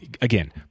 again